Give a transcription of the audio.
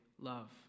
love